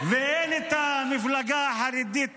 -- ואין את המפלגה החרדית